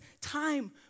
time